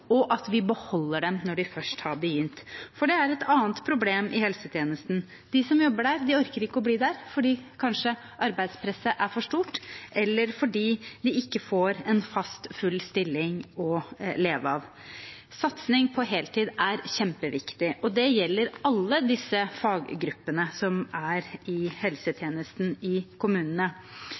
og at vi beholder dem når de først har begynt. For det er et annet problem i helsetjenesten: De som jobber der, orker ikke å bli der, kanskje fordi arbeidspresset er for stort, eller fordi de ikke får en fast, full stilling å leve av. Satsing på heltid er kjempeviktig, og det gjelder alle disse faggruppene som jobber i helsetjenesten i kommunene.